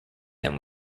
them